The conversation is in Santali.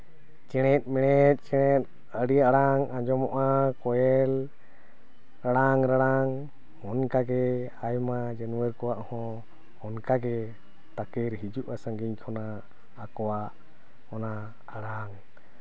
ᱪᱮᱬᱮ ᱢᱮᱲᱮ ᱪᱮᱬᱮ ᱟᱹᱰᱤ ᱟᱲᱟᱝ ᱟᱸᱡᱚᱢᱚᱜᱼᱟ ᱠᱳᱭᱮᱞ ᱟᱲᱟᱝ ᱨᱟᱲᱟᱝ ᱚᱱᱠᱟᱜᱮ ᱟᱭᱢᱟ ᱡᱟᱹᱢᱲᱟ ᱠᱚᱣᱟᱜ ᱦᱚᱸ ᱚᱱᱠᱟᱜᱮ ᱛᱟᱠᱮᱨ ᱦᱤᱡᱩᱜᱼᱟ ᱥᱟᱹᱜᱤᱧ ᱠᱷᱚᱱᱟᱜ ᱟᱠᱚᱣᱟᱜ ᱚᱱᱟ ᱟᱲᱟᱝ